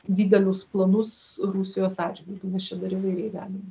didelius planus rusijos atžvilgiu nes čia dar įvairiai gali